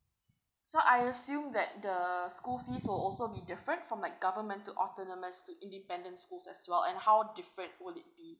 so I assume that the schools fees will also be different from like government to autonomous to independent schools as well and how different would it be